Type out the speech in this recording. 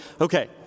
okay